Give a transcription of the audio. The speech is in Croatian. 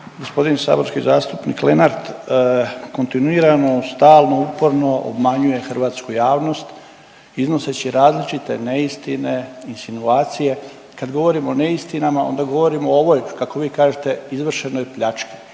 G. saborski zastupnik Lenart kontinuirano stalno, uporno obmanjuje hrvatsku jasnost iznoseći različite neistine, insinuacije. Kad govorimo o neistinama, onda govorimo o ovoj kako vi kažete, izvršenoj pljački.